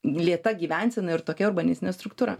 lėta gyvensena ir tokia urbanistinė struktūra